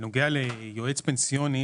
בנוגע ליועץ פנסיוני,